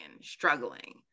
struggling